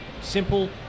Simple